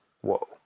Whoa